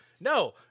No